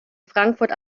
frankfurt